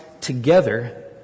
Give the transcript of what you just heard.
together